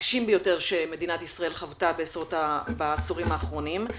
הקשים ביותר שמדינת ישראל חוותה בעשורים האחרונים.